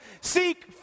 seek